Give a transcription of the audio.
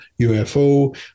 UFO